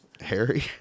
Harry